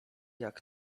jak